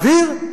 זה אוויר?